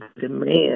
demand